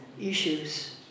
issues